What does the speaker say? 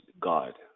God